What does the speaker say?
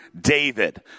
David